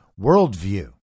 worldview